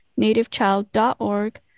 nativechild.org